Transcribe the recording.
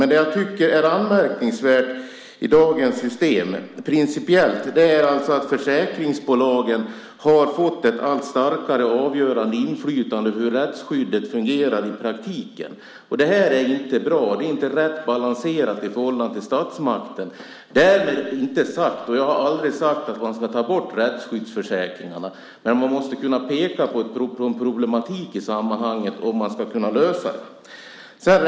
Det som rent principiellt är anmärkningsvärt i dagens system är att försäkringsbolagen har fått ett allt starkare och avgörande inflytande över hur rättsskyddet fungerar i praktiken. Det här är inte bra. Det är inte rätt balanserat i förhållande till statsmakten. Därmed inte sagt att man ska ta bort rättsskyddsförsäkringarna. Det har jag heller aldrig sagt. Men man måste kunna peka på en problematik i sammanhanget om man ska kunna lösa det här.